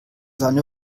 seine